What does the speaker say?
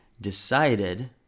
decided